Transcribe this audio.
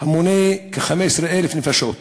המונה כ-15,000 נפשות.